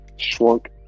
shrunk